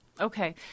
Okay